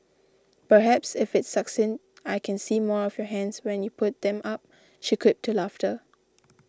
perhaps if it's succinct I can see more of your hands when you put them up she quipped to laughter